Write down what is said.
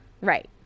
Right